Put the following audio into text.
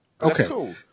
Okay